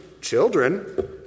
Children